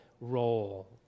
role